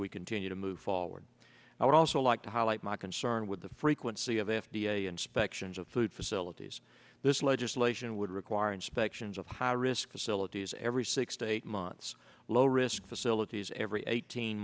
we continue to move forward i would also like to highlight my concern with the frequency of f d a inspections of food facilities this legislation would require inspections of high risk a cell it is every six to eight months low risk facilities every eighteen